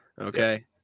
Okay